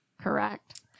Correct